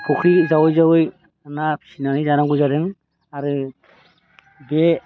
फ'ख्रि जावै जावै ना फिसिनानै जानांगौ जादों आरो बे